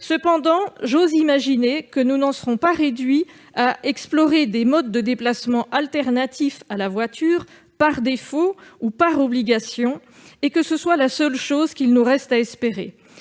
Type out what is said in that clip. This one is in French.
Cependant, j'ose imaginer que nous n'en serons pas réduits à explorer des modes de déplacement alternatifs à la voiture par défaut ou par obligation ; je ne saurais croire que ce serait la seule chose qu'il nous reste à espérer